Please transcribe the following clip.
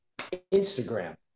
Instagram